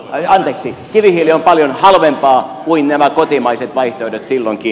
anteeksi kivihiili on paljon halvempaa kuin nämä kotimaiset vaihtoehdot silloinkin